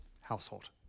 household